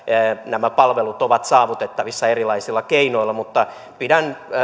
nämä palvelut ovat saavutettavissa erilaisilla keinoilla mutta pidän